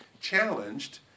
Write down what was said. challenged